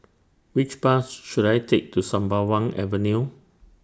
Which Bus should I Take to Sembawang Avenue